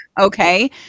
okay